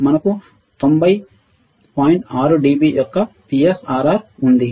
మనకు 90 6 dB యొక్క PSRR ఉంది